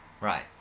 Right